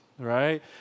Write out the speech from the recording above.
right